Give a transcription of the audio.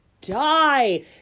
Die